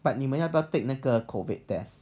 but 你们要不要 take 那个 COVID test